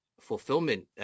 fulfillment